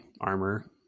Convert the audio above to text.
Armor